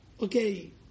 okay